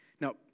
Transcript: Now